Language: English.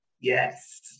Yes